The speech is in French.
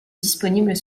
disponibles